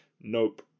nope